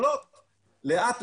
המערכת.